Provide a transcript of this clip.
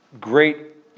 great